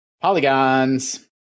Polygons